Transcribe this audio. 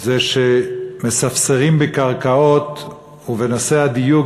זה שמספסרים בקרקעות ובנושא הדיור.